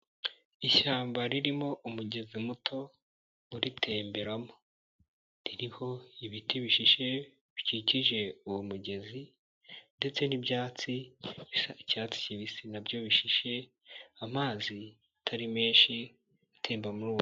Ishyamba ririmo umugezi muto uritemberamo, ririho ibiti bishishe bikikije uwo mugezi, ndetse n'ibyatsi bisa icyatsi kibisi, nabyo bishishe, amazi atari menshi atemba muri uwo mugezi.